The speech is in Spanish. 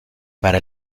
para